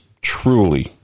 truly